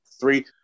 three